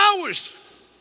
hours